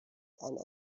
and